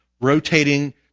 rotating